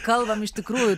kalbam iš tikrųjų